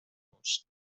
vos